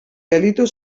gelditu